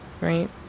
right